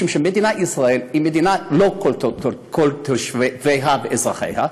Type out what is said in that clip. משום שמדינת ישראל היא לא מדינת כל תושביה ואזרחיה,